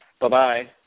Bye-bye